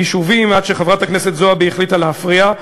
היישובים עד שחברת הכנסת זועבי החליטה להפריע.